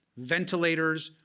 ventilators,